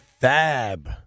Fab